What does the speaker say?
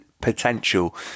potential